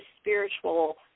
spiritual